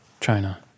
China